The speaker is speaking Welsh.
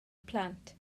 plant